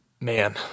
Man